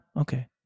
okay